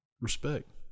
respect